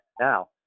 now